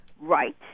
Right